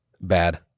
Bad